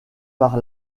par